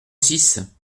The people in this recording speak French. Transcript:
six